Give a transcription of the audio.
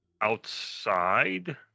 outside